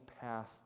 path